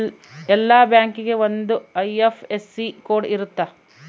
ಎಲ್ಲಾ ಬ್ಯಾಂಕಿಗೆ ಒಂದ್ ಐ.ಎಫ್.ಎಸ್.ಸಿ ಕೋಡ್ ಇರುತ್ತ